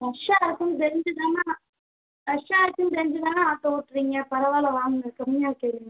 ரஷ்ஷா இருக்குதுன்னு தெரிஞ்சி தாண்ணா ரஷ்ஷா இருக்குதுன்னு தெரிஞ்சி தாண்ணா ஆட்டோ ஓட்டுறீங்க பரவாயில்ல வாங்க கம்மியாக கேளுங்கள்